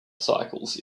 cycles